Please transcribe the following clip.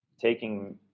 taking